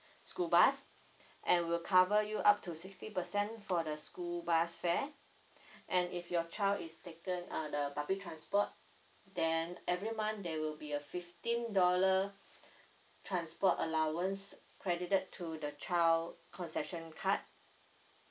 school bus and we'll cover you up to sixty percent for the school bus fare and if your child is taken uh the public transport then every month there will be a fifteen dollar transport allowance credited to the child concession card